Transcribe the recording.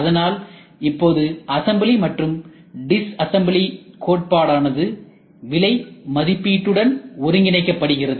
அதனால் இப்போது அசம்பிளி மற்றும் டிஸ்அசம்பிளி கோட்பாடானது விலை மதிப்பீட்டுடன் ஒருங்கிணைக்கப்படுகிறது